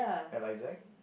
L I Z